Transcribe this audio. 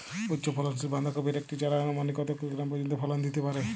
উচ্চ ফলনশীল বাঁধাকপির একটি চারা আনুমানিক কত কিলোগ্রাম পর্যন্ত ফলন দিতে পারে?